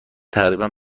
تقریبا